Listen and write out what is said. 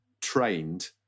trained